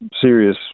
serious